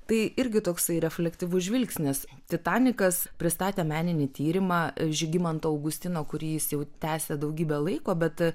tai irgi toksai refleksyvus žvilgsnis titanikas pristatė meninį tyrimą žygimanto augustino kurį jis jau tęsia daugybę laiko bet